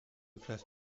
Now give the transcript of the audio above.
classe